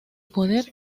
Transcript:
poder